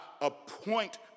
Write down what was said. appoint